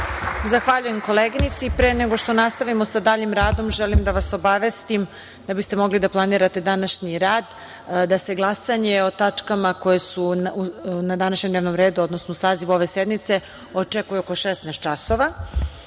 Zahvaljujem koleginici. Pre nego što nastavimo sa daljim radom, želim da vas obavestim da biste mogli da planirate današnji rad, da se glasanje o tačkama koje su na današnjem dnevnom redu, odnosno u sazivu ove sednice, očekuje 16.00 časova. Da